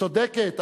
צודקת,